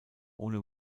ohne